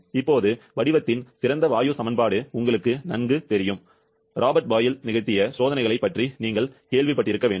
இப்போது வடிவத்தின் சிறந்த வாயு சமன்பாடு உங்களுக்கு நன்கு தெரியும் ராபர்ட் பாயில் நிகழ்த்திய சோதனைகளைப் பற்றி நீங்கள் கேள்விப்பட்டிருக்க வேண்டும்